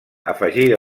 afegida